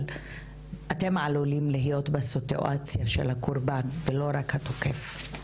אבל אתם עלולים להיות בסיטואציה של הקורבן ולא רק התוקף,